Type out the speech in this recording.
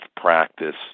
practice